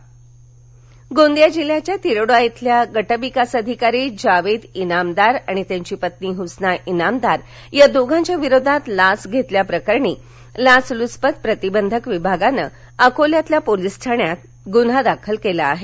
बेहिशोवी मालमत्ता गोंदिया गोंदिया जिल्ह्यातील तिरोडा येथील गटविकास अधिकारी जावेद इनामदार त्याची पत्नी हस्ना इनामदार या दोघांच्या विरोधात लाच घेतल्याप्रकरणी लाच लुचपत प्रतिबंधक विभागानं अकोल्यातील पोलिस ठाण्यात गुन्हा दाखल केला आहे